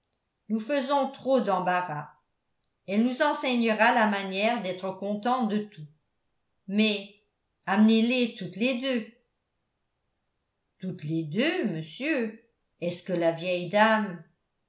nous faisons trop d'embarras elle nous enseignera la manière d'être content de tout mais amenez les toutes les deux toutes les deux monsieur est-ce que la vieille dame